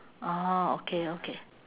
orh okay okay